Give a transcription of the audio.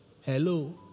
Hello